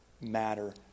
matter